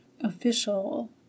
official